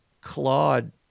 claude